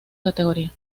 categoría